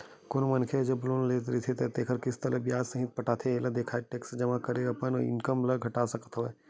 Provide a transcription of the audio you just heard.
कोनो मनखे ह जब लोन ले रहिथे तेखर किस्ती ल बियाज सहित पटाथे एला देखाके टेक्स जमा करे बर अपन इनकम ल घटा सकत हवय